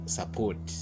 support